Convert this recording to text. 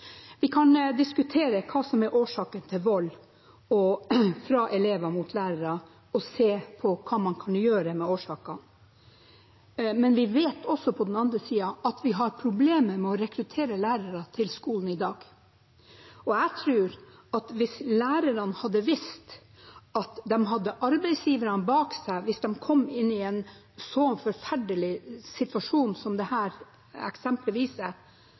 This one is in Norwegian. Vi kan diskutere hva som er årsaken til vold fra elever mot lærere, og se på hva man kan gjøre med årsakene. Men vi vet også på den andre siden at vi har problemer med å rekruttere lærere til skolen i dag. Jeg tror at hvis lærerne hadde visst at de hadde arbeidsgiverne bak seg hvis de kom i en så forferdelig situasjon som dette eksemplet viser, kunne det